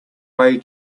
way